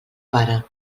pare